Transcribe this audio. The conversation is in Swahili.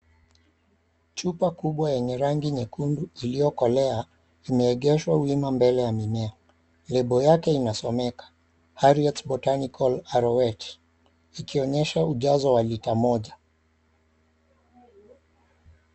Chupa kubwa yenye rangi nyekundu iliyokolea imeegeshwa wino mbele ya mimea, lebo yake inasomeka Harriet's botanical arrowet ikionyesha ujazo wa lita moja.